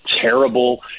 terrible